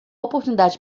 oportunidade